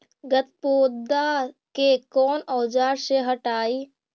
गत्पोदा के कौन औजार से हटायी?